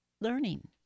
learning